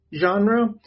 genre